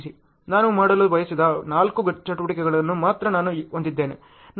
ನಾನು ಮಾಡಲು ಬಯಸಿದ ನಾಲ್ಕು ಚಟುವಟಿಕೆಗಳನ್ನು ಮಾತ್ರ ನಾನು ಹೊಂದಿದ್ದೇನೆ